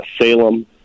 salem